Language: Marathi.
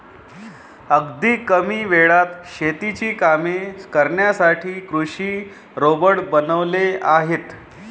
अगदी कमी वेळात शेतीची कामे करण्यासाठी कृषी रोबोट बनवले आहेत